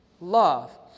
love